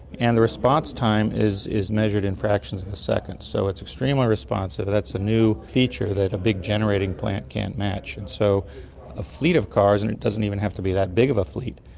and the response time is is measured in fractions of a second, so it's extremely responsive. that's a new feature that a big generating plant can't match. and so a fleet of cars, and it doesn't even have to be that big of a fleet,